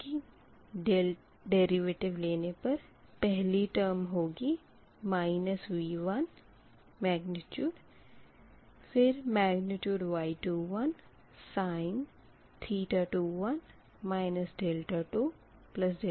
तो डेरिवटिव लेने पर पहली टर्म होगी माइनस V1 फिर Y21 फिर sin⁡21 21